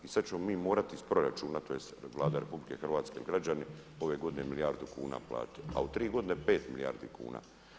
I sad ćemo mi morati iz proračuna, tj. Vlada RH, građani ove godine milijardu kuna platiti, a u tri godine 5 milijardi kuna.